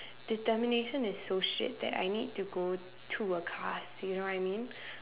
determination is so shit that I need to go to a class you know what I mean